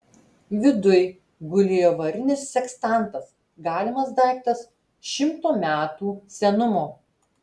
viduj gulėjo varinis sekstantas galimas daiktas šimto metų senumo